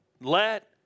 let